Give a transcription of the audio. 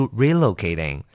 relocating